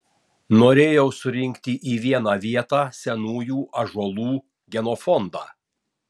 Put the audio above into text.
norėjau surinkti į vieną vietą senųjų ąžuolų genofondą